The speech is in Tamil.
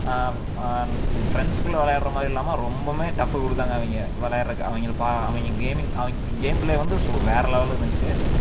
ஃப்ரெண்ட்ஸ்குள்ள வெளாடுற மாதிரி இல்லாமல் ரொம்பவுமே டஃப்பு கொடுத்தாங்க அவங்க விளையாட்றதுக்கு அவங்க பா அவங்க கேமிங் அவங்க கேம் ப்ளே வந்து வேறே லெவலில் இருந்துச்சு